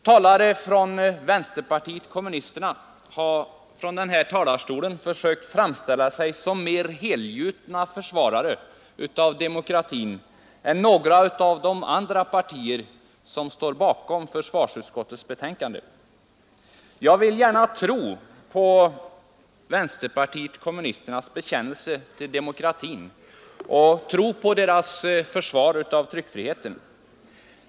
Talare från vänsterpartiet kommunisterna har från denna talarstol försökt framställa sig som mer helgjutna försvarare av demokratin än andra talare från de partier som står bakom försvarsutskottets betänkande. Jag vill gärna tro på vänsterpartiet kommunisternas bekännelse till demokratin och tro på deras försvar av tryckfriheten.